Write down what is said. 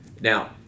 Now